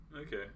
Okay